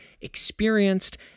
experienced